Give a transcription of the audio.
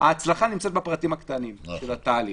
ההצלחה נמצאת בפרטים הקטנים של התהליך.